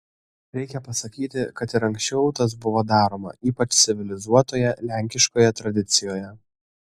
reikia pasakyti kad ir anksčiau tas buvo daroma ypač civilizuotoje lenkiškoje tradicijoje